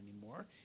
anymore